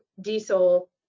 diesel